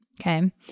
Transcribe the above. Okay